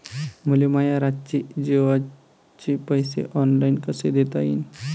मले माया रातचे जेवाचे पैसे ऑनलाईन कसे देता येईन?